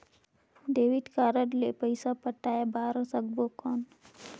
Debit card ले पइसा पटाय बार सकबो कौन?